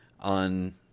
on